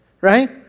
right